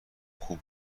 خوب